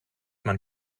man